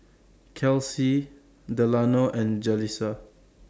Kelsi Delano and Jalisa